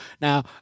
Now